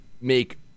make